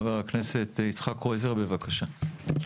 חבר הכנסת יצחק קרויזר, בבקשה.